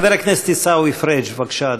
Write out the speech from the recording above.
חבר הכנסת עיסאווי פריג' בבקשה,